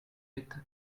with